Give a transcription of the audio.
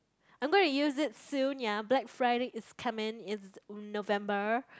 I'm going to use it soon ya Black Friday is coming it's November